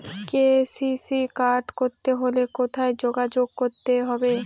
KCC card করতে হলে কোথায় যোগাযোগ করতে হবে?